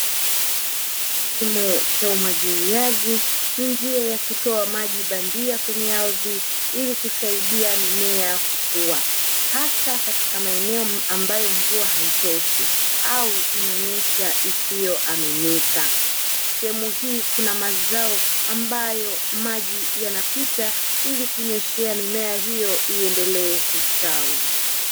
Kilimo cha umwagiliaji ni njia ya kutoa maji bandia kwenye ardhi ili kusaidia mimea kukua. Hasa katika maeneo ambayo mvua haitoshi au inanyesha isiyoaminika. Sehemu hii kuna mazao ambayo maji yanapita ili kunyeshea mimea hiyo iendelee kustawi.